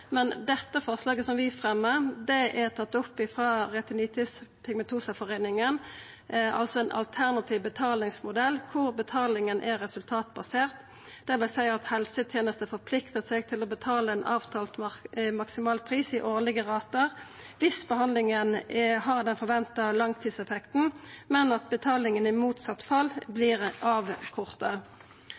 forslaget som vi fremjar, er tatt opp frå Retinitis Pigmentosa Foreningen og er ein alternativ betalingsmodell der betalinga er resultatbasert, dvs. at helsetenesta forpliktar seg til å betala ein avtalt maksimalpris i årlege ratar viss behandlinga har den forventa langtidseffekten, men at betalinga i motsett fall vert avkorta.